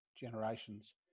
generations